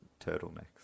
turtlenecks